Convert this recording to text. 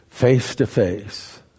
face-to-face